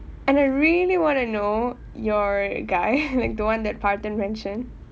and I really want to know your a guy like don't want that parthan mentioned